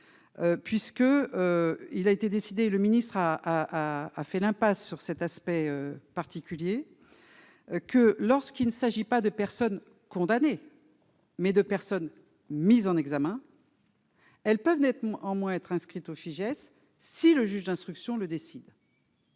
puisque il a été décidé, le ministre a a a a fait l'impasse sur cet aspect particulier que lorsqu'il ne s'agit pas de personnes condamnées mais de personnes mises en examen. Elles peuvent nettement en moins être inscrite au Fijais si le juge d'instruction le décide.